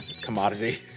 commodity